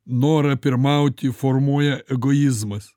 norą pirmauti formuoja egoizmas